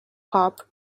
pub